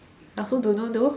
I also don't know though